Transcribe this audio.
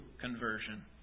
conversion